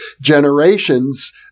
generations